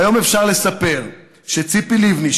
והיום אפשר לספר שציפי לבני,